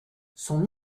son